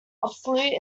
obsolete